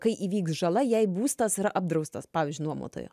kai įvyks žala jei būstas yra apdraustas pavyzdžiui nuomotojo